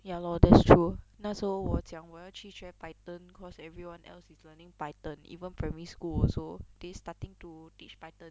ya lor that's true 那时候我讲我要去学 python cause everyone else is learning python even primary school also they starting to teach python